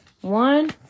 One